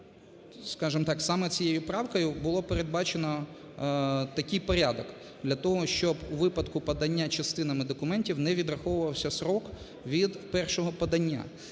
саме цією правкою було передбачено такий порядок для того, щоб у випадку подання частинами документів не відраховувався строк від першого подання.